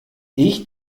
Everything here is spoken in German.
ich